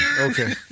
Okay